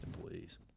employees